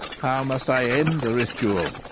how must i end the ritual?